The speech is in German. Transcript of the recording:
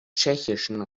tschechischen